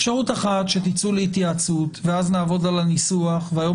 שתצאו להתייעצות ואז נעבוד על הניסוח והיום